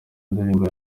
ndirimbo